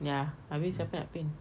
ya habis siapa nak paint